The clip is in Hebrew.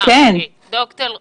ד"ר אלרעי,